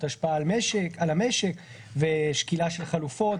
השפעה על המשק ושקילה של חלופות,